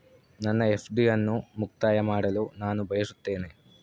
ನನ್ನ ಎಫ್.ಡಿ ಅನ್ನು ಮುಕ್ತಾಯ ಮಾಡಲು ನಾನು ಬಯಸುತ್ತೇನೆ